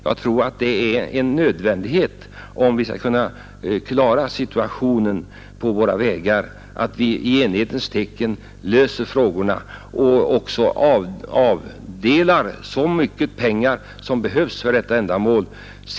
Jag tror att det är en nödvändighet för att vi skall kunna klara situationen på våra vägar att vi i enighetens tecken löser frågorna, och avdelar så mycket pengar som behövs för detta ändamål.